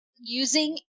using